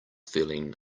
feeling